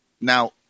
Now